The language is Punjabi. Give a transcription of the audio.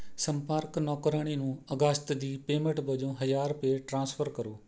ਸੰਪਰਕ ਨੌਕਰਾਣੀ ਨੂੰ ਅਗਸਤ ਦੀ ਪੇਮੈਂਟ ਵਜੋਂ ਹਜ਼ਾਰ ਰੁਪਏ ਟ੍ਰਾਂਸਫਰ ਕਰੋ